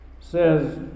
says